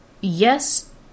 yes